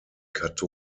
kath